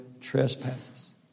trespasses